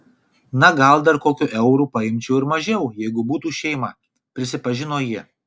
na gal dar kokiu euru paimčiau ir mažiau jeigu būtų šeima prisipažino ji